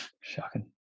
Shocking